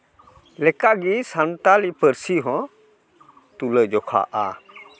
ᱞᱮᱠᱟ ᱜᱮ ᱥᱟᱱᱛᱟᱞᱤ ᱯᱟᱹᱨᱥᱤ ᱦᱚᱸ ᱛᱩᱞᱟᱹ ᱡᱷᱚᱠᱷᱟᱜᱼᱟ